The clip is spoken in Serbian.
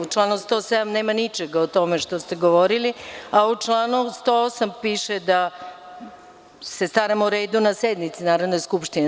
U članu 107. nema ničega o tome što ste govorili, a u članu 108. piše da se staram o redu na sednici Narodne skupštine.